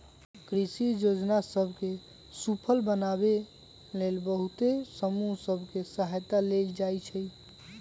कृषि जोजना सभ के सूफल बनाबे लेल बहुते समूह सभ के सहायता लेल जाइ छइ